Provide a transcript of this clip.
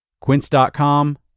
Quince.com